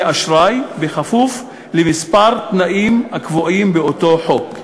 אשראי בכפוף לכמה תנאים הקבועים באותו חוק.